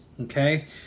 Okay